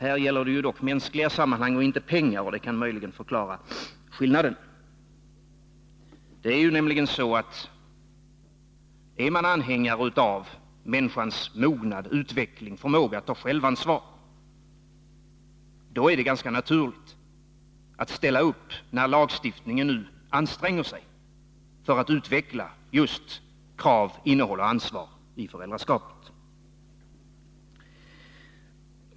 Här gäller det ju dock mänskliga sammanhang och inte pengar, och det kan möjligen förklara skillnaden. Det är nämligen så, att är man anhängare av människans mognad, utveckling och förmåga att ta självansvar, då är det ganska naturligt att ställa upp när lagstiftningen nu anstränger sig för att utveckla just krav, innehåll och ansvar i föräldraskapet.